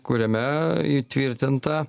kuriame įtvirtinta